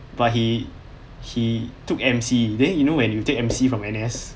but he he took M_C then you know when you take M_C from N_S